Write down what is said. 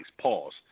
pause